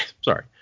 sorry